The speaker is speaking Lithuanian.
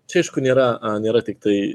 čia aišku nėra nėra tiktai